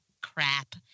crap